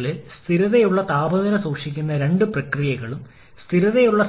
LP ടർബൈനിലെ HP ടർബൈനിന്റെ